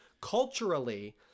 culturally